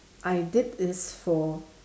I did this for